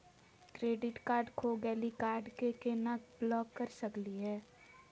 Credit card खो गैली, card क केना ब्लॉक कर सकली हे?